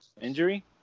injury